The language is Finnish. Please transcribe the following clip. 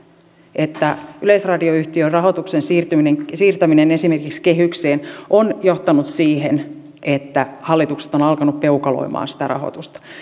että yleisradioyhtiön rahoituksen siirtäminen siirtäminen esimerkiksi kehykseen on johtanut siihen että hallitukset ovat alkaneet peukaloimaan sitä rahoitusta